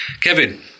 Kevin